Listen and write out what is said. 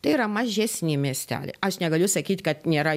tai yra mažesni miesteliai aš negaliu sakyt kad nėra